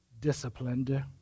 disciplined